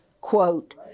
quote